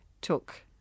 took